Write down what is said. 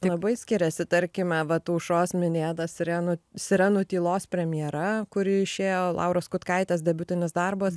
labai skiriasi tarkime vat aušros minėta sirenų sirenų tylos premjera kuri išėjo lauros kutkaitės debiutinis darbas